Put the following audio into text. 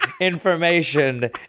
information